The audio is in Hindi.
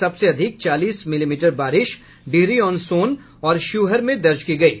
सबसे अधिक चालीस मिलीमीटर बारिश डिहरी ऑन सोन और शिवहर में दर्ज की गयी